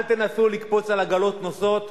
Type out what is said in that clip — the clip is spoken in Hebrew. אל תנסו לקפוץ על עגלות נוסעות,